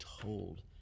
told